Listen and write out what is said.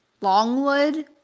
Longwood